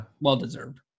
Well-deserved